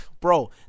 bro